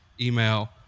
email